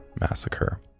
massacre